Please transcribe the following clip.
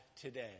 today